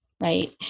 right